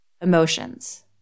emotions